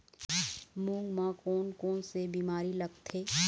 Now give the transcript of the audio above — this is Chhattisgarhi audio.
मूंग म कोन कोन से बीमारी लगथे?